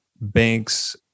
banks